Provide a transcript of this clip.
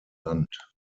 land